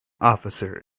officer